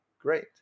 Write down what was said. great